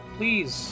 please